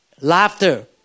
laughter